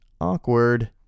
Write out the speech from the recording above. Awkward